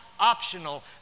Optional